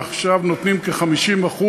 ועכשיו נותנים כ-50%,